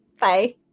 Bye